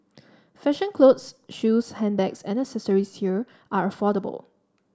fashion clothes shoes handbags and accessories here are affordable